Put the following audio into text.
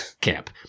camp